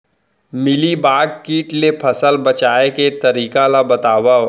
Mealybug kit ले फसल बचाए के तरीका बतावव?